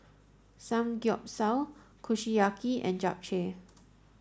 Samgeyopsal Kushiyaki and Japchae